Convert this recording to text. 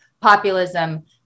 populism